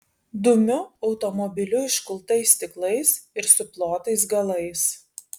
dumiu automobiliu iškultais stiklais ir suplotais galais